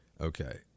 Okay